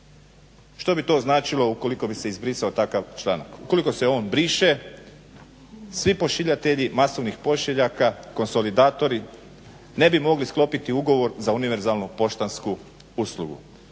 Što bi to značilo ukoliko bi se izbrisao takav članak? Ukoliko se on briše svi pošiljatelji masovnih pošiljaka, konsolidatori, ne bi mogli sklopiti ugovor za univerzalnu poštansku uslugu.